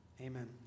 amen